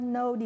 no